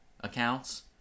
accounts